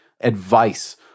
advice